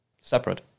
separate